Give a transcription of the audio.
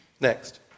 Next